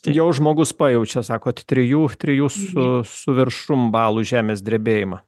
jau žmogus pajaučia sako trijų trijų su su viršum balų žemės drebėjimą